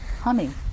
humming